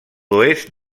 oest